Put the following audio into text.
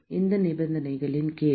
எந்த நிபந்தனைகளின் கீழ்